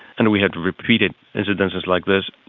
and we had repeated incidences like this,